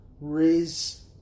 Raise